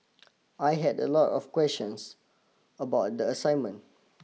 I had a lot of questions about the assignment